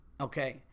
okay